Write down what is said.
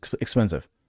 expensive